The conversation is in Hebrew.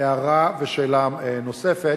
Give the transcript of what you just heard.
הערה ושאלה נוספת.